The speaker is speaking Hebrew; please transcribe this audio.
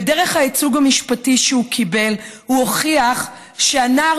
ודרך הייצוג המשפטי שהוא קיבל הוכיחו שהנער